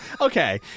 okay